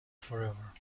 forever